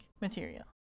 material